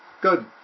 Good